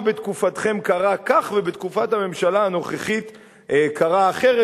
בתקופתכם קרה כך ובתקופת הממשלה הנוכחית קרה אחרת,